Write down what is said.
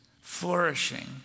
flourishing